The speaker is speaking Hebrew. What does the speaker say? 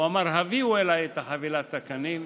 הוא אמר: הביאו אליי את חבילת הקנים,